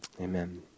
Amen